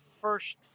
first